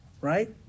right